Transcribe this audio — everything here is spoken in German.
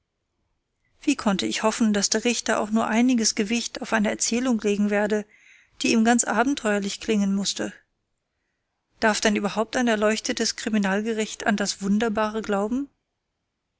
wie konnte ich hoffen daß der richter auch nur einiges gewicht auf eine erzählung legen werde die ihm ganz abenteuerlich klingen mußte darf denn überhaupt ein erleuchtetes kriminalgericht an das wunderbare glauben